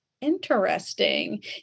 Interesting